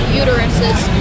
uteruses